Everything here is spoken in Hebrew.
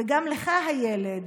/ וגם לך הילד,